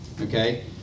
Okay